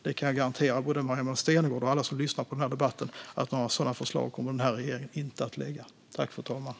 Jag kan garantera Maria Malmer Stenergard och alla som lyssnar på den här debatten att den här regeringen inte kommer att lägga fram några sådana förslag.